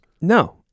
No